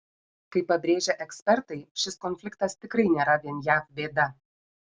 kaip pabrėžia ekspertai šis konfliktas tikrai nėra vien jav bėda